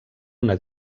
una